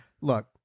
look